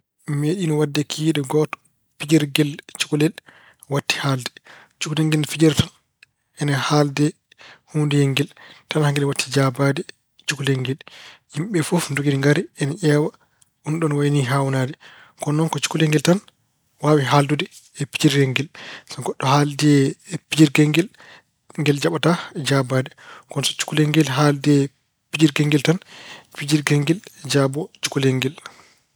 Meeɗiino waɗde kikiiɗe gooto pijirgel cukalel waɗti haalde. Cukalel ngel ina fijira tan, ina haalde e huundeyel ngel tan haa ngel waɗti jaabaade cukalel ngel. Yimɓe ɓee fof ndogi ngari e ƴeewa unɗoo no wayi nii haawnaade. Kono noon ko cukalel ngel tan waawi haaldude e pijirgel ngel. So gonɗo haaldi e pijirgel ngel, ngel jaɓataa jaabaade. Kono so cukalel ngel haaldi e pijirgel ngel, pijirgel ngel jaabo cukalel ngel.